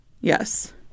Yes